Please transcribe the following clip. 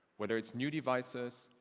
whether it's new devices,